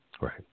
Right